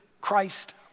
Christ